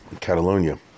Catalonia